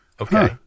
okay